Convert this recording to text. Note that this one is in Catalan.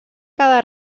cada